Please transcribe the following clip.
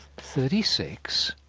thirty six,